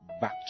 back